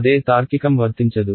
అదే తార్కికం వర్తించదు